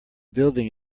building